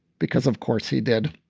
because, of course, he did.